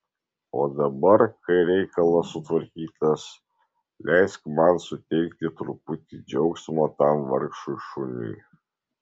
o dabar kai reikalas sutvarkytas leisk man suteikti truputį džiaugsmo tam vargšui šuniui